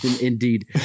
indeed